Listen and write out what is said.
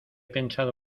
pensado